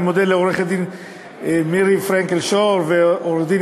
אני מודה לעורכת-דין מירי פרנקל-שור ועורך-דין